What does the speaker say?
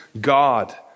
God